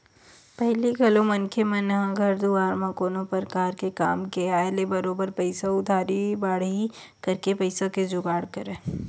पहिली घलो मनखे मन ह घर दुवार म कोनो परकार के काम के आय ले बरोबर पइसा उधारी बाड़ही करके पइसा के जुगाड़ करय